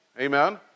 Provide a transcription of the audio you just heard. Amen